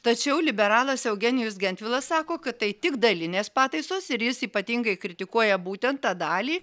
tačiau liberalas eugenijus gentvilas sako kad tai tik dalinės pataisos ir jis ypatingai kritikuoja būtent tą dalį